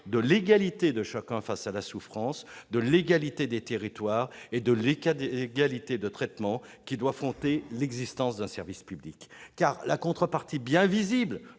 de l'égalité de chacun face à la souffrance, de l'égalité des territoires et de l'égalité de traitement qui doit fonder l'existence d'un service public. En effet, la contrepartie bien visible